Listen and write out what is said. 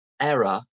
error